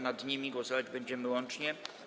Nad nimi głosować będziemy łącznie.